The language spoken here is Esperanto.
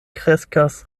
kreskas